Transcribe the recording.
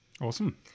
Awesome